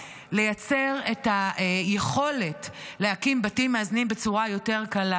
ולייצר את היכולת להקים בתים מאזנים בצורה יותר קלה.